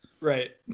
Right